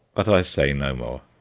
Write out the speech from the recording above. but i say no more.